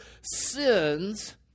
sins